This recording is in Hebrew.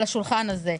על השולחן הזה.